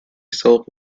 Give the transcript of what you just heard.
self